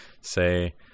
Say